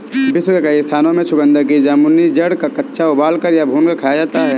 विश्व के कई स्थानों में चुकंदर की जामुनी जड़ को कच्चा उबालकर या भूनकर खाया जाता है